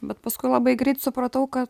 bet paskui labai greit supratau kad